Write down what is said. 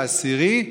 העשירי,